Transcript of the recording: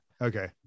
Okay